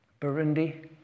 Burundi